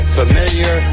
familiar